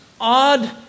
odd